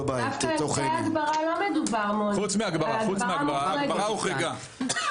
ולכן נבהיר שצריך להעביר את כל השלמת המסמכים